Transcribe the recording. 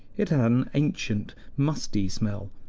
it had an ancient, musty smell,